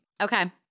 Okay